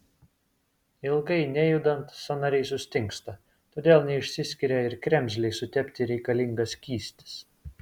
ilgai nejudant sąnariai sustingsta todėl neišsiskiria ir kremzlei sutepti reikalingas skystis